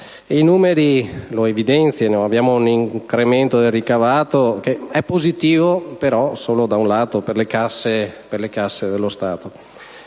I numeri lo evidenziano. Abbiamo un incremento del ricavato positivo, ma solo da un lato, ossia per le casse dello Stato.